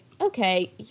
okay